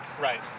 right